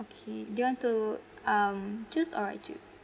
okay do you want to um choose or I choose